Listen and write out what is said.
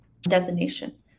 designation